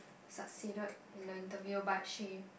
succeeded in the interview but she